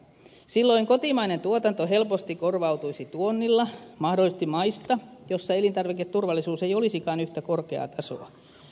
silloin kotimainen tuotanto helposti korvautuisi tuonnilla mahdollisesti maista joissa elintarviketurvallisuus ei olisikaan yhtä korkeaa tasoa